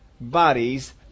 bodies